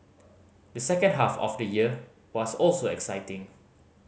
the second half of the year was also exciting